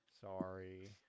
sorry